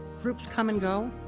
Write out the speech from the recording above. groups come and go,